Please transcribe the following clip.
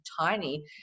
tiny